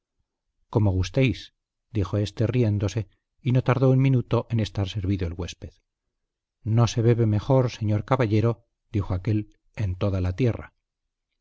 como gustéis dijo éste riéndose y no tardó un minuto en estar servido el huésped no se bebe mejor señor caballero dijo aquél en toda la tierra